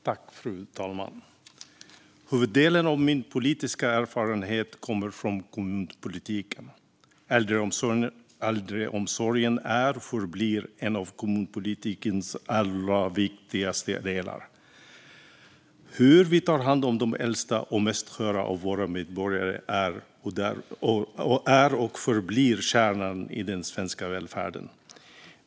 Fru talman! Huvuddelen av min politiska erfarenhet kommer från kommunpolitiken. Äldreomsorgen är och förblir en av kommunpolitikens allra viktigaste delar. Hur vi tar hand om våra äldsta och mest sköra medborgare är och förblir kärnan i den svenska välfärden.